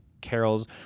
Carol's